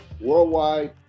worldwide